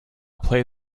play